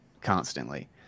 constantly